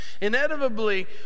inevitably